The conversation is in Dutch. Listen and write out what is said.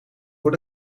voor